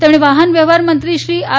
તેમણે વાહનવ્યવહાર મંત્રી શ્રી આર